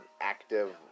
active